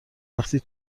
وقتی